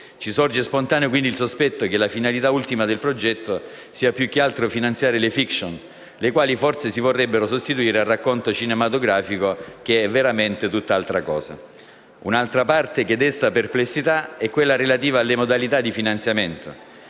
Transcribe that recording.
Ci sorge spontaneo, quindi, il sospetto che la finalità ultima del progetto sia, più che altro, finanziare le *fiction*, le quali forse si vorrebbero sostituire al racconto cinematografico, che è veramente tutt'altra cosa. Un'altra parte che desta perplessità è quella relativa alle modalità di finanziamento.